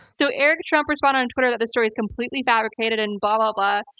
so, eric trump responded on twitter that this story is completely fabricated and but blah,